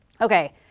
Okay